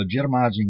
legitimizing